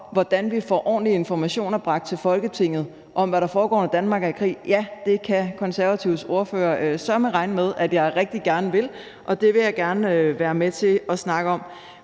hvordan vi får ordentlige informationer bragt til Folketinget om, hvad der foregår, når Danmark er i krig? Ja, det kan Konservatives ordfører søreme regne med at jeg rigtig gerne vil, og det vil jeg gerne være med til at snakke om.